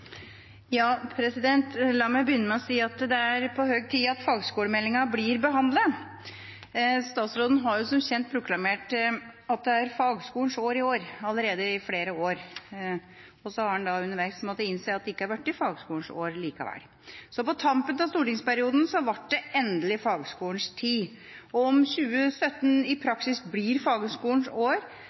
på høy tid at fagskolemeldinga blir behandlet. Statsråden har som kjent proklamert at «det er fagskolens år i år», allerede i flere år, for så underveis å måtte innse at det ikke er blitt fagskolens år likevel. Så, på tampen av stortingsperioden, ble det endelig fagskolens tid. Om 2017 i praksis blir fagskolens år,